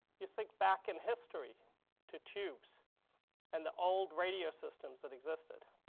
you think back in history to tubes and the old radio systems that existed.